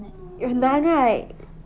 很难 right